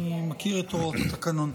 אני מכיר את הוראות התקנון.